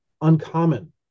uncommon